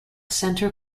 center